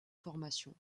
formations